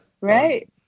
right